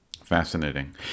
Fascinating